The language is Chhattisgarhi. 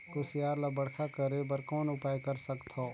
कुसियार ल बड़खा करे बर कौन उपाय कर सकथव?